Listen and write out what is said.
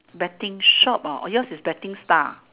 betting shop oh yours is betting style